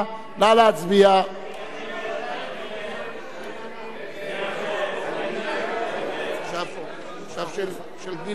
הצעת סיעת האיחוד הלאומי להביע אי-אמון בממשלה לא